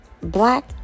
black